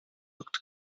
looked